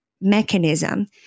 mechanism